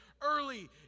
early